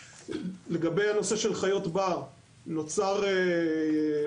לגבי הנושא של חיות בר, נוצר באפר,